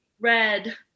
red